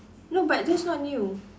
no but that's not new